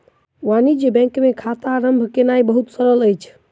वाणिज्य बैंक मे खाता आरम्भ केनाई बहुत सरल अछि